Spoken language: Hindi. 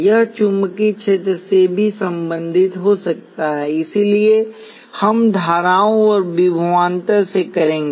यह चुंबकीय क्षेत्र से भी संबंधित हो सकता है इसलिए हम धाराओं और विभवांतरसे करेंगे